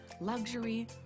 luxury